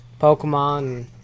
pokemon